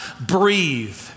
breathe